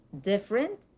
different